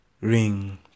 Ring